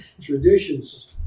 traditions